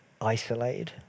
isolated